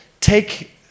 take